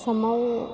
आसामाव